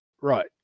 Right